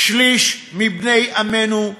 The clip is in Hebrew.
שליש מבני עמנו,